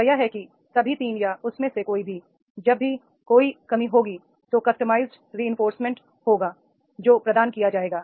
वह यह है कि सभी 3 या उनमें से कोई भी जब भी कोई कमी होगी तो कस्टमाइज्ड रेनफोर्समेंटहोगा जो प्रदान किया जाएगा